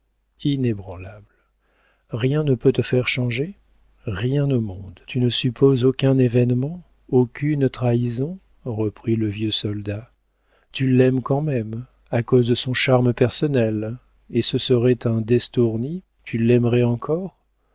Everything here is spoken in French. inébranlable inébranlable rien ne peut te faire changer rien au monde tu ne supposes aucun événement aucune trahison reprit le vieux soldat tu l'aimes quand même à cause de son charme personnel et ce serait un d'estourny tu l'aimerais encore